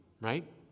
right